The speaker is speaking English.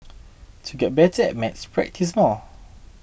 to get better at maths practise more